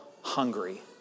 hungry